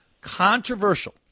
controversial